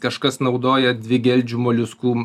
kažkas naudoja dvigeldžių moliuskų